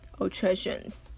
attractions